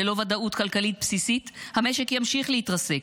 ללא ודאות כלכלית בסיסית המשק ימשיך להתרסק.